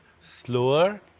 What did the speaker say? slower